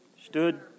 stood